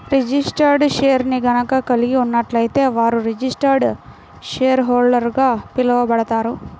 registered షేర్ని గనక కలిగి ఉన్నట్లయితే వారు రిజిస్టర్డ్ షేర్హోల్డర్గా పిలవబడతారు